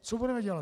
Co budeme dělat?